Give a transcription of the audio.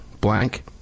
blank